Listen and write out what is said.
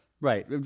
Right